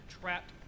trapped